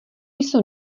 jsou